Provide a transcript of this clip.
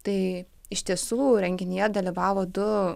tai iš tiesų renginyje dalyvavo du